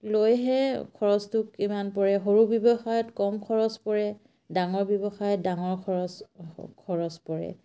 লৈহে খৰচটো কিমান পৰে সৰু ব্যৱসায়ত কম খৰচ পৰে ডাঙৰ ব্যৱসায়ত ডাঙৰ খৰচ খৰচ পৰে